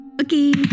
Okay